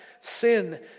sin